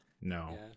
No